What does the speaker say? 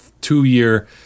two-year